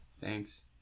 thanks